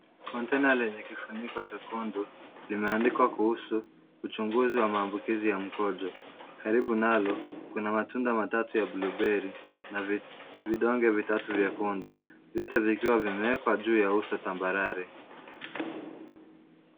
Kontena lenye kifuniko chekundu limeandikwa kuhusu uchunguzi wa maambukizi ya mkojo. Karibu nalo kuna matunda matatu ya blue berry na vidonge vitatu vyekundu, vyote vikiwa vimeekwa juu ya uso tambarare.